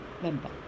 member